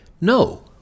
no